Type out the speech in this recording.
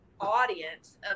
audience